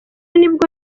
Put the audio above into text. nibwo